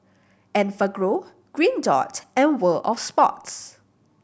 Enfagrow Green Dot and World Of Sports